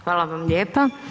Hvala vam lijepa.